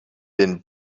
been